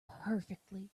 perfectly